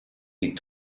die